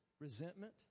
Resentment